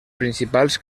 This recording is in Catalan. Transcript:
principals